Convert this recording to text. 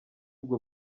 ubwo